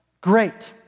great